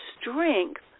strength